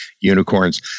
unicorns